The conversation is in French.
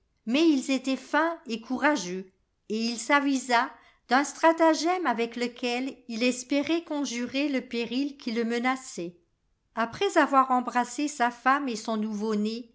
mais il était fin et courageux et il s'avisa d'un stratagème avec lequel il espérait conjurer le périhiui le menaçait après avoir embrassé safemmeet son nouveau